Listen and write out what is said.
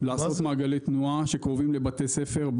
לעשות מעגלי תנועה שקרובים לבתי ספר,